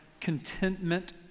contentment